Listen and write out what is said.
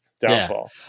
downfall